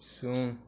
ଶୂନ